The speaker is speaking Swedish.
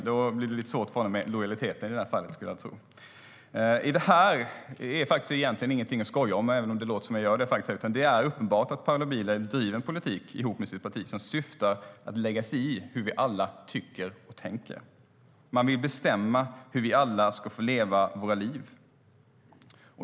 Det blir lite svårt för honom med lojaliteten i det här fallet, skulle jag tro. Det här är ingenting att skoja om, även om det låter som att jag gör det. Det är uppenbart att Paula Bieler driver en politik ihop med sitt parti som syftar till att lägga sig i hur vi alla tycker och tänker. Man vill bestämma hur vi alla ska få leva våra liv.